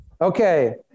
Okay